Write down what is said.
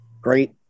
great